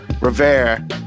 Rivera